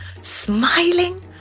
Smiling